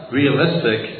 realistic